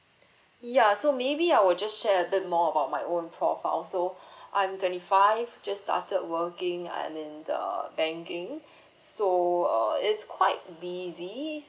ya so maybe I will just share a bit more of my own profile so I'm twenty five just started working I'm in the banking so uh is quite busy